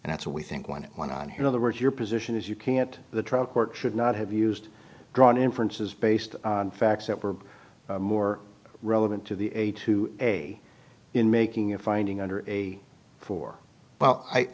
and that's what we think when it went on here other words your position is you can't the trial court should not have used drawn inferences based on facts that were more relevant to the a to a in making a finding under a four well i